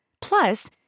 Plus